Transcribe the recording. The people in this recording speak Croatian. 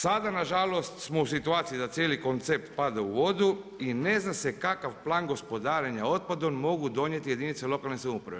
Sada, nažalost smo u situaciji da cijeli koncept padne u vodu i ne zna se kakav plan gospodarenja otpadom mogu donijeti jedinice lokalne samouprave.